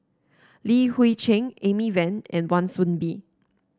Li Hui Cheng Amy Van and Wan Soon Bee